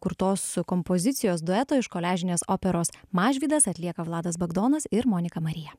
kurtos kompozicijos dueto iš koliažinės operos mažvydas atlieka vladas bagdonas ir monika marija